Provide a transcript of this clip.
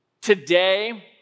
Today